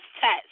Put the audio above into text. test